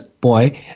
boy